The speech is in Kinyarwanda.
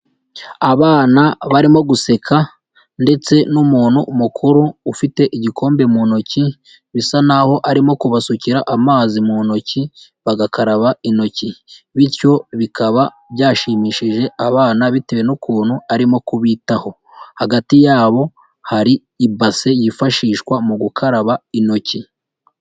Abana barimo guseka ndetse n'umuntu mukuru ufite igikombe mu ntoki bisa naho arimo kubasukira amazi mu ntoki bagakaraba intoki, bityo bikaba byashimishije abana bitewe n'ukuntu arimo kubitaho, hagati yabo hari i base yifashishwa mu gukaraba intoki.